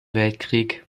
weltkrieg